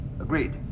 Agreed